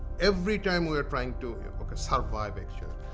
every time we are trying to yeah like survive, actually.